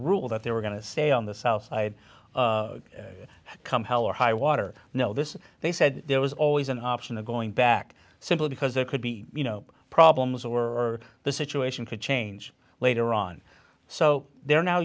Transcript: rule that they were going to stay on the south side come hell or high water no this they said there was always an option of going back simply because there could be you know problems or the situation could change later on so they're now